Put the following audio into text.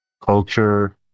culture